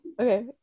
Okay